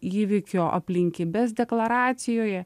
įvykio aplinkybes deklaracijoje